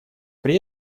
при